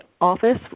office